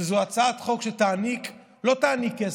שזו הצעת חוק שלא תעניק כסף,